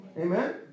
Amen